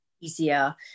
easier